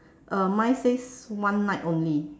uh mine says one night only